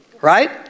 Right